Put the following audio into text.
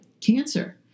cancer